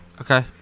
Okay